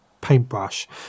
paintbrush